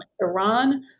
Iran